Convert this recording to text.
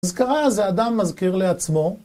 הזכרה זה אדם מזכיר לעצמו